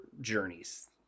journeys